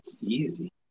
easy